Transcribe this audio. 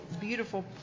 beautiful